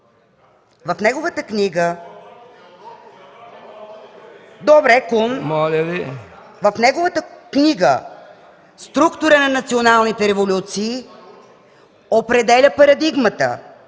В неговата книга „Структура на националните революции” определя парадигмата